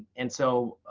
and so